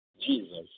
Jesus